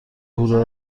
هورا